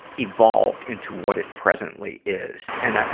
evolved into what it presently is. and